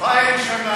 אלפיים שנה.